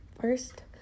first